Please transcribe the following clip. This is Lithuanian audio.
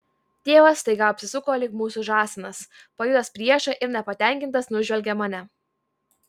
tėvas staigiai apsisuko lyg mūsų žąsinas pajutęs priešą ir nepatenkintas nužvelgė mane